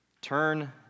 turn